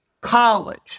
college